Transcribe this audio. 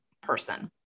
person